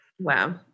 Wow